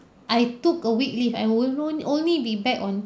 I took a week leave and I will on~ only be back on